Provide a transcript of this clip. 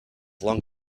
long